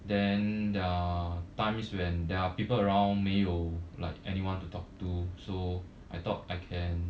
then there are times when there are people around 没有 like anyone to talk to so I thought I can